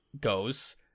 goes